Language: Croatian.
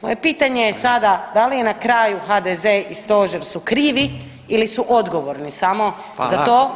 Moje pitanje je sada, da li je na kraju HDZ i Stožer su krivi ili su odgovorni samo za to